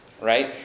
right